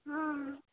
हँ